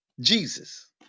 Jesus